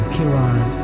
Kiran